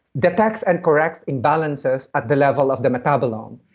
detects and corrects imbalances at the level of the metabolome.